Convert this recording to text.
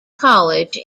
college